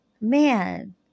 man